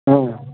हूँ